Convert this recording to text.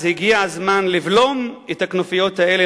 אז הגיע הזמן לבלום את הכנופיות האלה,